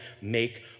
make